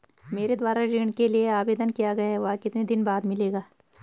मेरे द्वारा ऋण के लिए आवेदन किया गया है वह कितने दिन बाद मिलेगा?